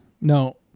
No